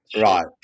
Right